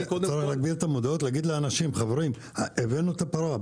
צריך להגביר את המודעות ולומר לאנשים שהבאנו את זה.